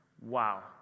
Wow